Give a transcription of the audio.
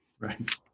right